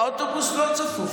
באוטובוס לא צפוף,